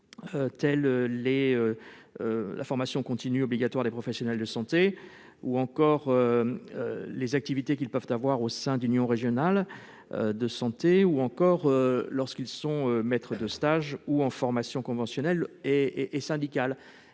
que la formation continue obligatoire des professionnels de santé ou les activités qu'ils peuvent avoir au sein d'unions régionales de santé ou encore lorsqu'ils sont maîtres de stage ou en formation conventionnelle et syndicale.